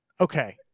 Okay